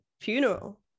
funeral